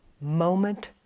Moment